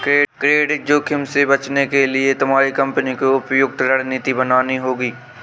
credit जोखिम से बचने के लिए तुम्हारी कंपनी को उपयुक्त रणनीति बनानी होगी